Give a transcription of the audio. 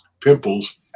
pimples